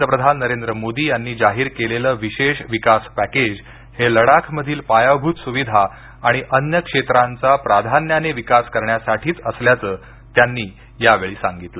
पंतप्रधान नरेंद्र मोदी यांनी जाहीर केलेलं विशेष विकास पॅकेज हे लडाखमधील पायाभूत सुविधा आणि अन्य क्षेत्रांचा प्राधान्याने विकास करण्यासाठीच असल्याचं त्यांनी यावेळी सांगितलं